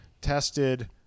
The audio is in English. tested